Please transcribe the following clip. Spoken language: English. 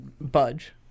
budge